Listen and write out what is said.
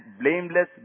blameless